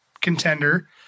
contender